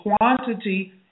quantity